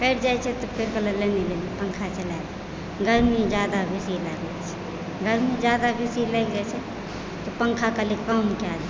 कटि जाइत छै तऽ फेर लाइन नहि रहै छै पंखा चला गर्मी ज्यादा बेसी लागै छै गर्मी ज्यादा बेसी लागि जाइ छै तऽ पंखा कनि कम कए दे